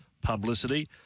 publicity